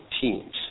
teams